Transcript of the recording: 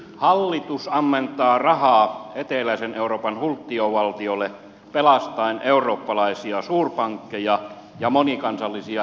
hallitus ammentaa rahaa eteläisen euroopan hulttiovaltioille pelastaen eurooppalaisia suurpankkeja ja monikansallisia riistokapitalisteja